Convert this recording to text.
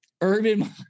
Urban